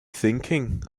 thinking